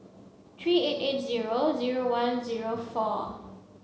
three eight eight zero zero one zero four